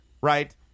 Right